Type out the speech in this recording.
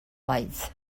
lights